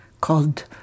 called